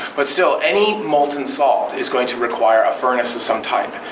but still any molten salt is going to require a furnace of some type.